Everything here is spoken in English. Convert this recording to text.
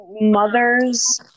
mothers